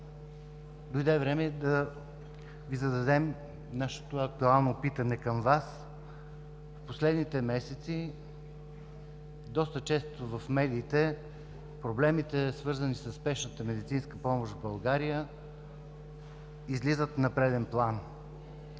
Дойде време да Ви зададем нашето актуално питане към Вас. В последните месеци доста често в медиите проблемите, свързани със спешната медицинска помощ в България, излизат на преден план.